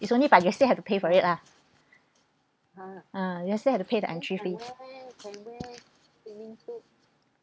it's only but you still have to pay for it lah ah you still have to pay the entry fees